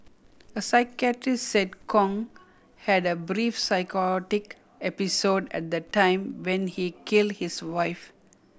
a psychiatrist said Kong had a brief psychotic episode at the time when he kill his wife